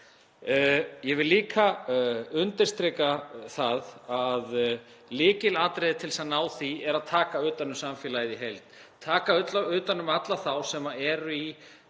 Ég vil líka undirstrika það að lykilatriðið til að ná því er að taka utan um samfélagið í heild, taka utan um alla þá sem eru í